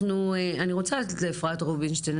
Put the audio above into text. אני רוצה לתת לאפרת רובינשטיין.